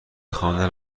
خواندن